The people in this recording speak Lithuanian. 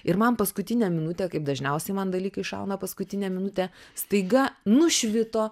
ir man paskutinę minutę kaip dažniausiai man dalykai šauna paskutinę minutę staiga nušvito